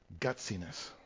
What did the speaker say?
gutsiness